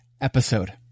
episode